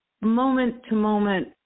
moment-to-moment